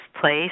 place